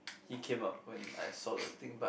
he came up when I saw the thing but